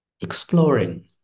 exploring